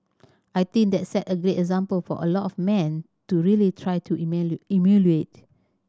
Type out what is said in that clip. I think that sets a great example for a lot of men to really try to emulate